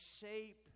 shape